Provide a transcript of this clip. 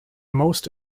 most